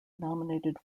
nominated